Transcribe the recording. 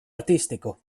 artistico